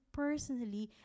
personally